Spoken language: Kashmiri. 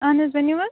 اہن حظ ؤنوحظ